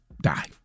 die